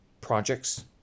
projects